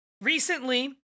Recently